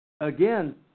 again